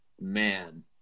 man